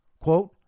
quote